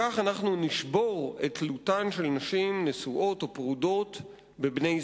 כך אנחנו נשבור את תלותן של נשים נשואות או פרודות בבני-זוגן,